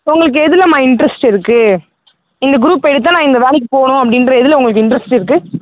உங்களுக்கு எதுலம்மா இன்ட்ரெஸ்ட் இருக்கு இந்த குரூப் எடுத்தால் நான் இந்த வேலைக்கு போகணும் அப்படின்ற எதில் உங்களுக்கு இன்ட்ரெஸ்ட் இருக்கு